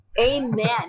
Amen